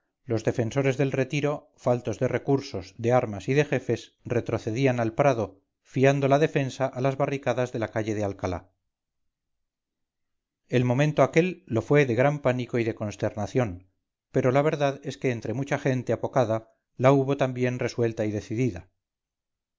los defensores del retiro faltos de recursos de armas y de jefes retrocedían al prado fiando la defensa a las barricadas de la calle de alcalá el momento aquél lo fue de gran pánico y de consternación pero la verdad es que entre mucha gente apocada la hubo también resuelta y decidida